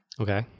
Okay